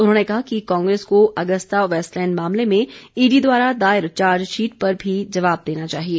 उन्होंने कहा कि कांग्रेस को अगस्ता वेस्टलैंड मामले में ईडी द्वारा दायर चार्जशीट पर भी जवाब देना चाहिए